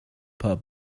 pub